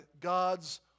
God's